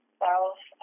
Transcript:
south